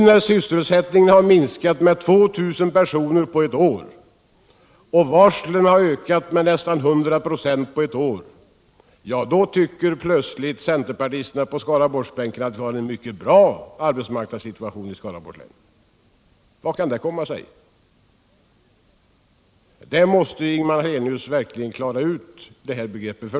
När sysselsättningen minskat med 2 000 personer på ett år och varslen ökat med nästan 100 96 på ett år tycker centerpartisterna på Skaraborgsbänken plötsligt att vi har en mycket god arbetsmarknadssituation i Skaraborgs län. Hur kan det komma sig? Detta måste Ingemar Hallenius verkligen klara ut.